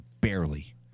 barely